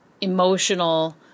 emotional